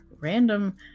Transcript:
random